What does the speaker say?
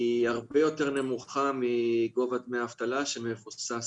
הם הרבה יותר נמוכים מגובה דמי האבטלה שמבוסס